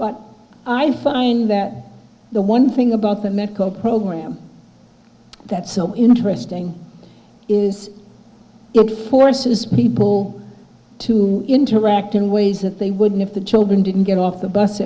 but i find that the one thing about the medco program that's so interesting is it forces people to interact in ways that they wouldn't if the children didn't get off the bus